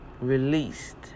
released